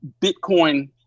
Bitcoin